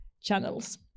channels